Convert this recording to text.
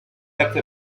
terzo